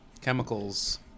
chemicals